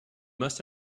must